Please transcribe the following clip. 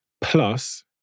Plus